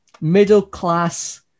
middle-class